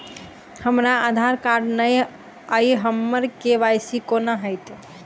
हमरा आधार कार्ड नै अई हम्मर के.वाई.सी कोना हैत?